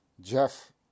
Jeff